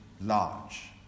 large